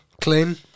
Clean